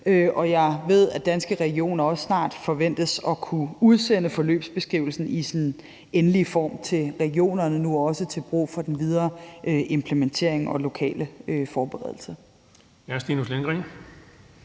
jeg ved, at Danske Regioner snart forventes at kunne udsende forløbsbeskrivelsen i endelig form til regionerne, nu også til brug for den videre implementering og lokale forberedelser.